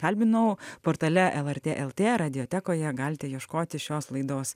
kalbinau portale lrt lt radiotekoje galite ieškoti šios laidos